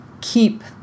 keep